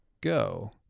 go